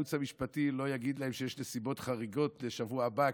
שהייעוץ המשפטי לא יגיד להם שיש נסיבות חריגות לשבוע הבא,